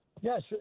Yes